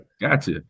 gotcha